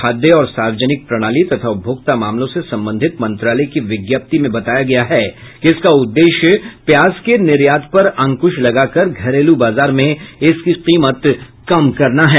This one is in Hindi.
खाद्य और सार्वजनिक प्रणाली तथा उपभोक्ता मामलों से संबंधित मंत्रालय की विज्ञप्ति में बताया गया है कि इसका उद्देश्य प्याज के निर्यात पर अंकुश लगाकर घरेलू बाजार में इसकी कीमत कम करना है